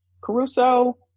Caruso